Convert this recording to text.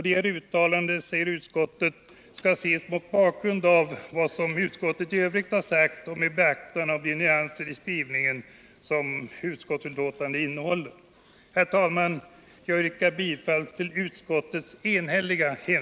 Detta uttalande måste ses mot bakgrund av utskottets skrivning i dess helhet och med beaktande av de nyanser som skrivningen innehåller.